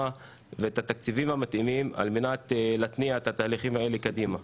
ואת התקציבים המתאימים על מנת להתניע את התהליכים האלה קדימה.